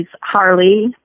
Harley